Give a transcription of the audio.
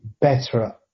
better